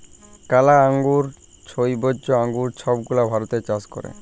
কালা আঙ্গুর, ছইবজা আঙ্গুর ছব গুলা ভারতে চাষ ক্যরে